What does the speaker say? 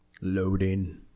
Loading